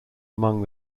among